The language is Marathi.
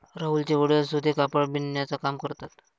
राहुलचे वडील सूती कापड बिनण्याचा काम करतात